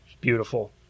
beautiful